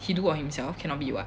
he do on himself cannot be [what]